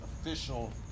official